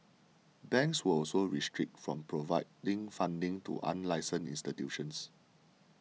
banks were also restricted from providing funding to unlicensed institutions